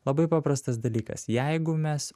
labai paprastas dalykas jeigu mes